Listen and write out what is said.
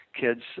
kids